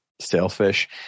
sailfish